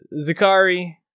Zakari